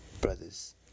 brothers